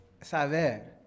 saber